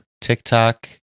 TikTok